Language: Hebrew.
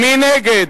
מי נגד?